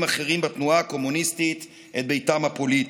אחרים בתנועה הקומוניסטית את ביתם הפוליטי.